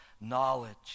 knowledge